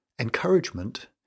encouragement